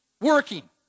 working